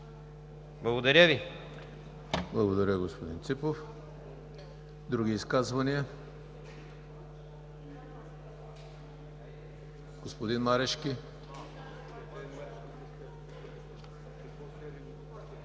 ЕМИЛ ХРИСТОВ: Благодаря, господин Ципов. Други изказвания? Господин Марешки.